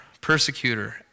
persecutor